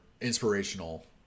inspirational